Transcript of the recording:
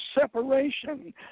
separation